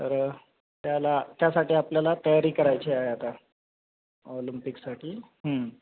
तर त्याला त्यासाठी आपल्याला तयारी करायची आ आहे आता ओलंमपिकसाठी हम्म